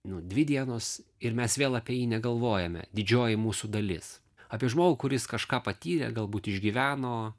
nu dvi dienos ir mes vėl apie jį negalvojame didžioji mūsų dalis apie žmogų kuris kažką patyrė galbūt išgyveno